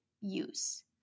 use